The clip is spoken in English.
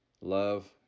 love